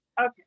Okay